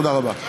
תודה רבה.